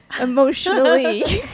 emotionally